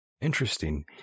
interesting